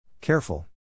Careful